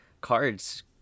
cards